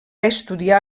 estudiar